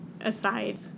aside